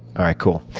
alright. cool.